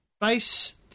Base